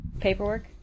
Paperwork